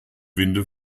winde